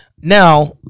Now